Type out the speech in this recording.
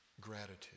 gratitude